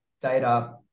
data